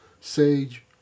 sage